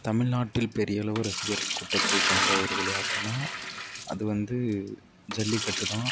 தமிழ்நாட்டில் பெரியளவு ரசிகர் கூட்டத்தை கொண்ட ஒரு விளையாட்டுனால் அது வந்து ஜல்லிக்கட்டு தான்